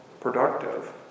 productive